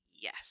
yes